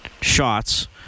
shots